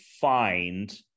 find